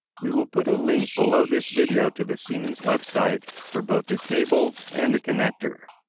we will put a link below this video to the siemens website for both the cable and the connector.